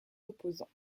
opposants